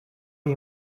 you